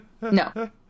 No